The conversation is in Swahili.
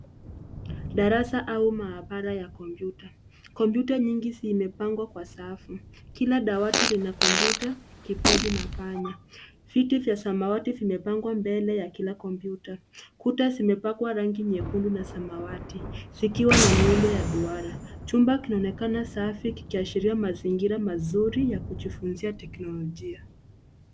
Darasa au maabara ya kompyuta. Kompyuta nyingi zimepangwa kwa safu. Kila dawati lina kompyuta kipodi na panya. Viti vya samawati vimepangwa mbele ya kina kompyuta. Kuta zimepakwa rangi nyekundu na samawati zikiwa na miundo ya duara. Chumba kinaonekana safi kiashiria mazingira mazuri ya kujifunza teknolojia.